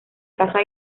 caza